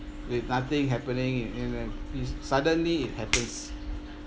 with nothing happening and then it suddenly it happens